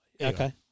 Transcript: Okay